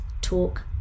Talk